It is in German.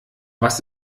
was